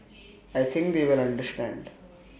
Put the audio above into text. I think they will understand